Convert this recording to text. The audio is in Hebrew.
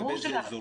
ובאלו אזורים?